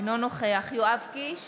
אינו נוכח יואב קיש,